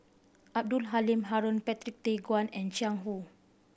Abdul Halim Haron Patrick Tay Guan and Jiang Hu